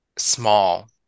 small